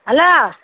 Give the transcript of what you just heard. hello